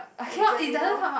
examiner